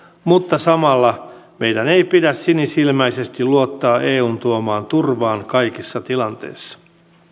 mutta samalla meidän ei pidä sinisilmäisesti luottaa eun tuomaan turvaan kaikissa tilanteissa